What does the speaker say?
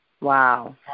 Wow